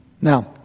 Now